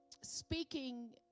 speaking